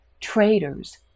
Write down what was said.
traitors